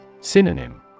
Synonym